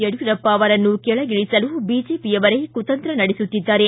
ಯಡಿಯೂರಪ್ಪ ಅವರನ್ನು ಕೆಳಗಿಳಿಸಲು ಬಿಜೆಪಿಯವರೇ ಕುತಂತ್ರ ನಡೆಸುತ್ತಿದ್ದಾರೆ